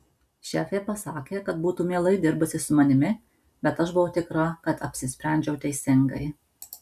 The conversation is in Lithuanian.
šefė pasakė kad būtų mielai dirbusi su manimi bet aš buvau tikra kad apsisprendžiau teisingai